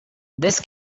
this